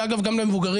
ואגב גם למבוגרים,